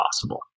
possible